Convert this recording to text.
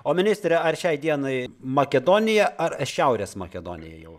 o ministre ar šiai dienai makedonija ar šiaurės makedonija jau